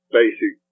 basic